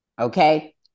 okay